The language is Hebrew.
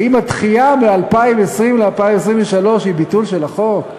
האם הדחייה מ-2020 ל-2023 היא ביטול של החוק?